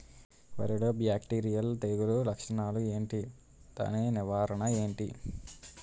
వరి లో బ్యాక్టీరియల్ తెగులు లక్షణాలు ఏంటి? దాని నివారణ ఏంటి?